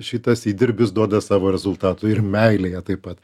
šitas įdirbis duoda savo rezultatų ir meilėje taip pat